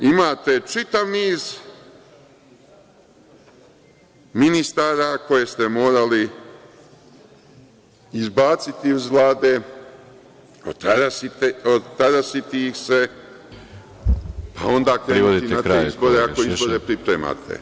Dakle, imate čitav niz ministara koje ste morali izbaciti iz Vlade, otarasiti ih se, pa onda krenite i na te izbore ako izbore pripremate.